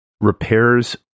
repairs